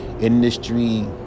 industry